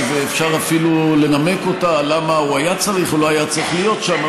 ואפשר אפילו לנמק אותה למה הוא היה צריך או לא היה צריך להיות שם,